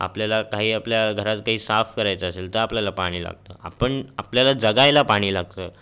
आपल्याला काही आपल्या घरात काही साफ करायचं असेल तर आपल्याला पाणी लागतं आपण आपल्याला जगायला पाणी लागतं